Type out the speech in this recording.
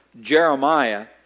Jeremiah